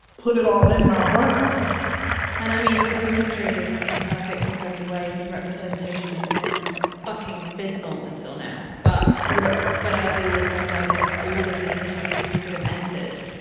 put it all in my work and i mean, this industry is imperfect in so many ways and representation has been ah fucking abysmal until now. but yeah but i do also know that of all of the industries you could have entered,